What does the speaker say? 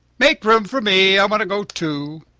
make room for me. i want to go, too!